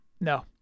No